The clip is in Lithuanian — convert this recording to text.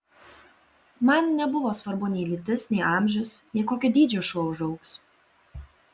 man nebuvo svarbu nei lytis nei amžius nei kokio dydžio šuo užaugs